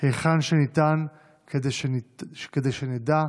היכן שניתן, כדי שנדע,